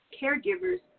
caregivers